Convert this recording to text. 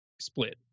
split